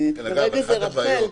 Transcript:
כרגע זה רח"ל.